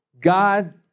God